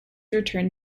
returned